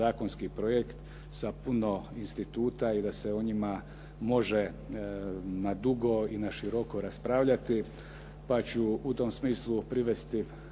Hvala vam